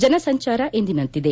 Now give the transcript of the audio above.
ಜನತೆ ಸಂಚಾರ ಎಂದಿನಂತಿದೆ